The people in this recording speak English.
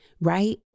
right